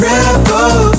Rebel